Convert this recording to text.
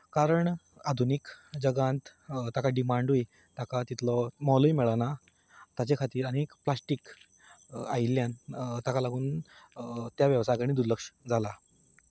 कारण आधुनीक जगांत ताका डिमांडूय ताका तितलो मोलूय मेळना ताचे खातीर आनीक प्लास्टीक आयिल्ल्यान ताका लागून त्या वेवसाया कडेन दुर्लक्ष जालां